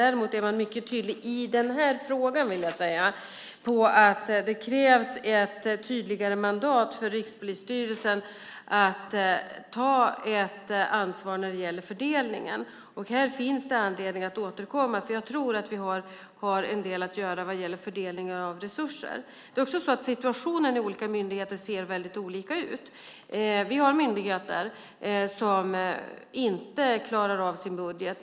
Däremot är man i den här frågan mycket tydlig, vill jag säga, om att det krävs ett tydligare mandat för Rikspolisstyrelsens ansvar när det gäller fördelningen. Här finns det anledning att återkomma. Jag tror att vi har en del att göra vad gäller fördelningen av resurser. Det är också så att det beträffande situationen i olika myndigheter ser väldigt olika ut. Vi har myndigheter som inte klarar sin budget.